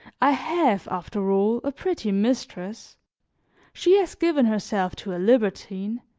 i have, after all, a pretty mistress she has given herself to a libertine,